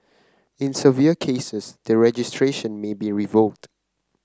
in severe cases the registration may be revoked